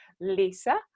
Lisa